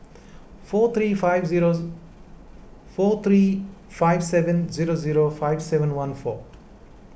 four three five zero four three five seven zero zero five seven one four